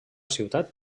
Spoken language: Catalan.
ciutat